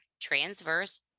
transverse